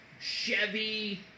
Chevy